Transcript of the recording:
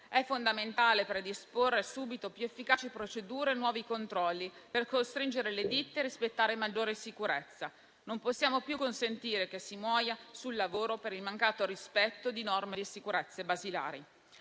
È fondamentale predisporre subito più efficaci procedure e nuovi controlli per costringere le ditte a rispettare maggiore sicurezza. Non possiamo più consentire che si muoia sul lavoro per il mancato rispetto di norme di sicurezza basilari.